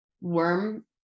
worm